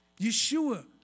Yeshua